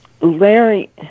Larry